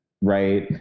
right